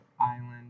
Island